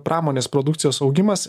pramonės produkcijos augimas